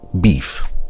beef